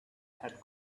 had